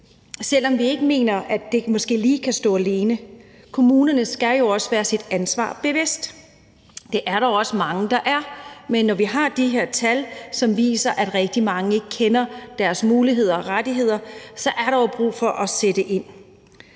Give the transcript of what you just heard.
ikke lige mener, at det kan stå alene. Kommunerne skal jo også være sig sit ansvar bevidst, og det er der også mange, der er, men når vi har de her tal, som viser, at rigtig mange ikke kender deres muligheder og rettigheder, er der jo brug for at sætte ind.